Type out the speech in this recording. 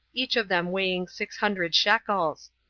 each of them weighing six hundred shekels.